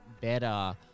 better